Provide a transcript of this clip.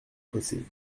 fossés